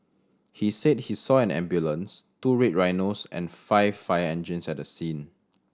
he said he saw an ambulance two Red Rhinos and five fire engines at the scene